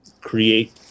create